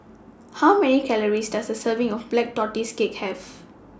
How Many Calories Does A Serving of Black Tortoise Cake Have